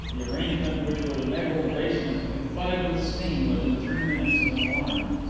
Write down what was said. the arrangement which would enable the basement to be flooded with steam within three minutes of an alarm.